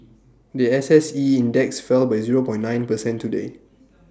The S S E index fell by zero point nine percent today